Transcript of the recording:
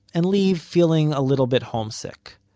and leave feeling a little bit homesick,